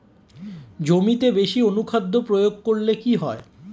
জমিতে বেশি অনুখাদ্য প্রয়োগ করলে কি হয়?